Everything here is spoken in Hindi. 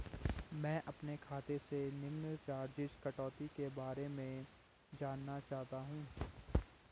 मैं अपने खाते से निम्न चार्जिज़ कटौती के बारे में जानना चाहता हूँ?